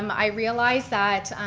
um i realized that,